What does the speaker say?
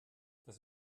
das